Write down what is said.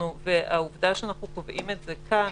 והעובדה שאנחנו קובעים את זה כאן,